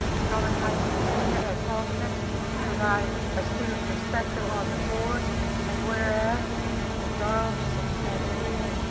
patomac high school senior as alternates to provide a student perspective on the board and whereas miss arnold, mr. panjsheeri,